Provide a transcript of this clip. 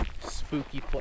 spooky